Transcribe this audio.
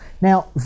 Now